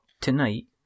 tonight